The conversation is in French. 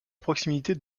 proximité